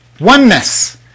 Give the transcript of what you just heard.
oneness